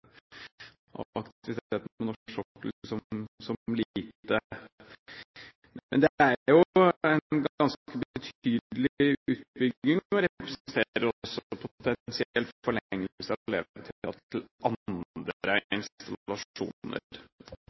av aktiviteten på norsk sokkel som liten. Men det er jo en ganske betydelig utbygging og representerer også potensielt forlengelse av levetiden til